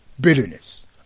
Bitterness